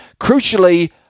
crucially